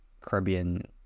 Caribbean